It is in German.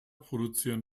produzieren